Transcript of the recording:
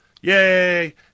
Yay